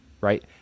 right